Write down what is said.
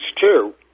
two